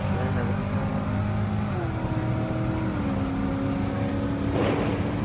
అదే అండి అది కొంచెం